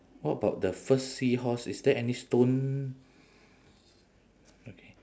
what about the first seahorse is there any stone okay